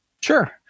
Sure